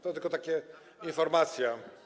To tylko taka informacja.